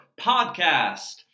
podcast